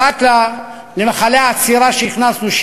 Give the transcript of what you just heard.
פרט למכלי האצירה שהכנסנו,